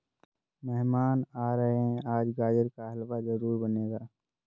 मेहमान आ रहे है, आज गाजर का हलवा जरूर बनेगा